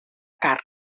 carn